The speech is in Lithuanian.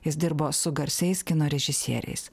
jis dirbo su garsiais kino režisieriais